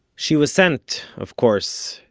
she was sent, of course,